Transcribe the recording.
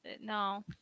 no